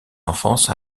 enfance